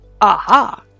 aha